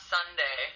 Sunday